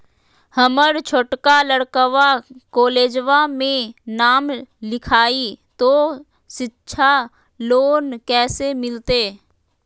हमर छोटका लड़कवा कोलेजवा मे नाम लिखाई, तो सिच्छा लोन कैसे मिलते?